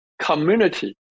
community